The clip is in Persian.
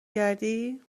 کردی